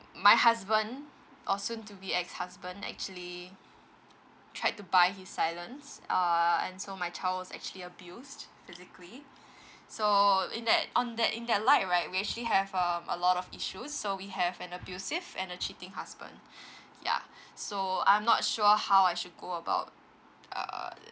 my husband or soon to be ex husband actually tried to buy his silence err and so my child was actually abused physically so in that on that in that light right we actually have um a lot of issues so we have an abusive and a cheating husband ya so I'm not sure how I should go about err